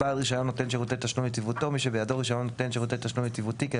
"בעל רישיון נותן שירותי תשלום יציבותי" מי שבידו רישיון נותן